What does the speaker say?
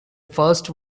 first